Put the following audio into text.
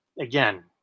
Again